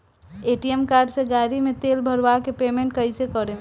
ATM card से गाड़ी मे तेल भरवा के पेमेंट कैसे करेम?